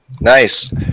nice